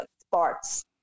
sports